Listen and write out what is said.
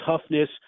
toughness